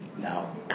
now